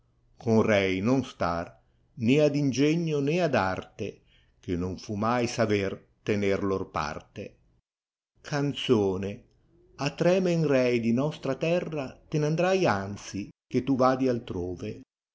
con rei non star né ad ingegno né ad arte che non fu mai saver tenev lor parte canzone a tre men rei di nostra terra ten andrai anzi che tu tadi altrove